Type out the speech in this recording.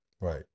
Right